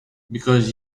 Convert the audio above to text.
because